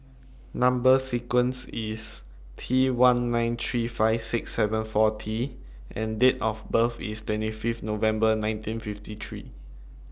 Number sequence IS T one nine three five six seven four T and Date of birth IS twenty Fifth November nineteen fifty three